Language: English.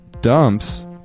dumps